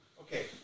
Okay